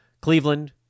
Cleveland